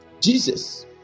Jesus